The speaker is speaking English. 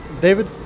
David